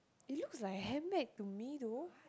it looks like a handbag to me though